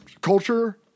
culture